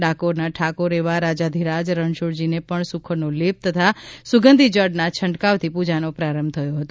ડાકોરના ઠાકોર એવા રાજાધિરાજ રણછોડજીને પણ સુખડનો લેપ તથા સુગંધી જળના છટંકાવથી પૂજાનો પ્રારંભ થયો છે